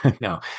No